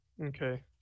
Okay